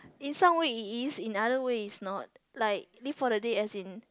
in some way it is in other way it's not like live for the day as in